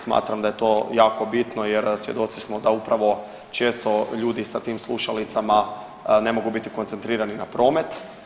Smatram da je to jako bitno, jer svjedoci smo da upravo često ljudi sa tim slušalicama ne mogu biti koncentrirani na promet.